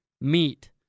meet